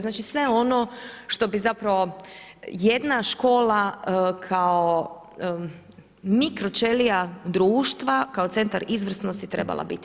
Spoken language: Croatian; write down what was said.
Znači sve ono što bi zapravo jedna škola kao mikro ćelija društva kao centar izvrsnosti trebala biti.